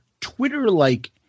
Twitter-like